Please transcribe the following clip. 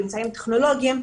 באמצעים טכנולוגיים,